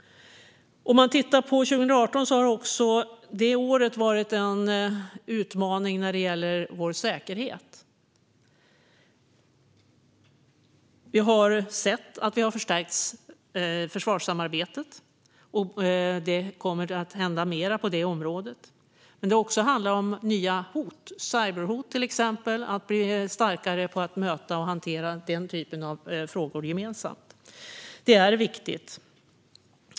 Året 2018 har också varit en utmaning när det gäller vår säkerhet. Vi har sett att försvarssamarbetet har förstärkts, och det kommer att hända mer på det området. Men det handlar också om nya hot, till exempel cyberhot, och om att bli starkare på att möta och hantera den typen av frågor gemensamt. Det är viktigt.